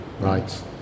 right